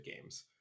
games